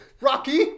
rocky